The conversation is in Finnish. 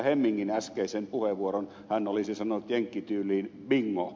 hemmingin äskeisen puheenvuoron hän olisi sanonut jenkkityyliin bingo